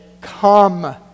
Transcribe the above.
come